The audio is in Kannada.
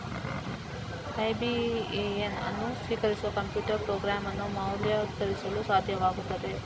ಐ.ಬಿ.ಎ.ಎನ್ ಅನ್ನು ಸ್ವೀಕರಿಸುವ ಕಂಪ್ಯೂಟರ್ ಪ್ರೋಗ್ರಾಂ ಅನ್ನು ಮೌಲ್ಯೀಕರಿಸಲು ಸಾಧ್ಯವಾಗುತ್ತದೆ